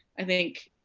i think,